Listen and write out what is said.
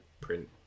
print